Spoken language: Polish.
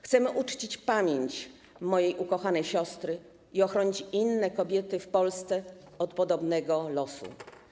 Chcemy uczcić pamięć mojej ukochanej siostry i ochronić inne kobiety w Polsce od podobnego losu.